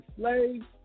slaves